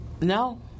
No